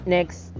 Next